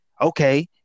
okay